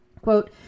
Quote